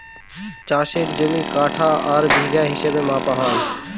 চাষের জমি কাঠা আর বিঘা হিসাবে মাপা হয়